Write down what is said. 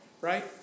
Right